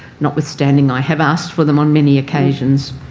notwithstanding i have asked for them on many occasions.